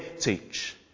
teach